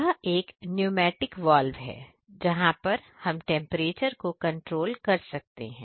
यह एक pneumatic valve है जहां पर हम टेंपरेचर को कंट्रोल कर सकते हैं